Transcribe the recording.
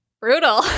Brutal